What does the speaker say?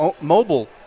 mobile